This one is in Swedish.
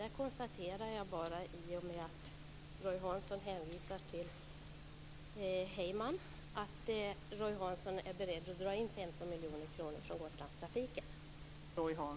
Där kan jag bara konstatera, i och med att Roy Hansson hänvisar till Tom Heyman, att Roy Hansson är beredd att dra in